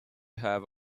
have